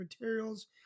Materials